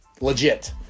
legit